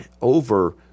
over